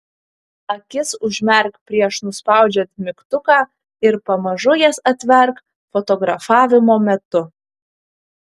akis užmerk prieš nuspaudžiant mygtuką ir pamažu jas atverk fotografavimo metu